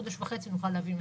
חודש וחצי נוכל להביא הנחיות.